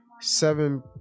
seven